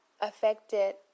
affected